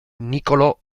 niccolò